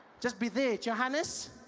just be there, johannes?